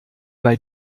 bei